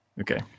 okay